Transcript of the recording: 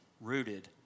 rooted